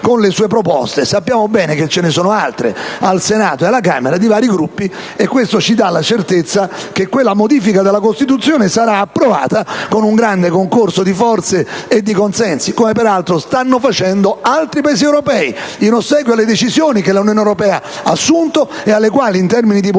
in tale direzione. Sappiamo bene che ve ne sono altre, al Senato e alla Camera, presentate da vari Gruppi, e questo ci dà la certezza che quella modifica della Costituzione sarà approvata con un grande concorso di forze e di consensi, come peraltro sta accadendo in altri Paesi europei, in ossequio alle decisioni che l'Unione europea ha assunto e alle quali in termini di politiche